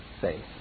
faith